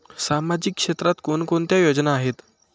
सामाजिक क्षेत्रात कोणकोणत्या योजना आहेत?